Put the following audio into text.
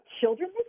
children